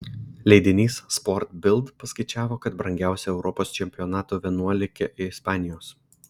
leidinys sport bild paskaičiavo kad brangiausia europos čempionato vienuolikė ispanijos